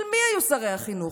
של מי היו שרי החינוך?